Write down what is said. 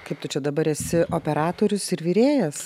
kaip tu čia dabar esi operatorius ir virėjas